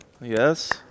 yes